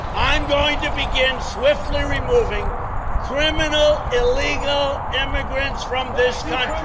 i'm going to begin swiftly removing criminal illegal immigrants from this country.